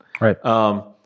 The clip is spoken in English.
Right